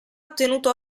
ottenuto